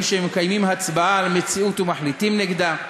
שמקיימים הצבעה על המציאות ומחליטים נגדה.